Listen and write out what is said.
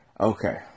Okay